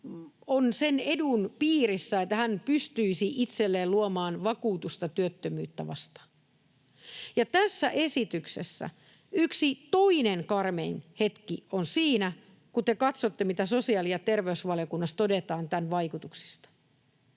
on sen edun piirissä, että hän pystyisi itselleen luomaan vakuutusta työttömyyttä vastaan. Tässä esityksessä toinen karmein hetki on siinä, kun te katsotte, mitä sosiaali‑ ja terveysvaliokunnassa todetaan tämän vaikutuksista.